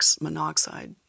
monoxide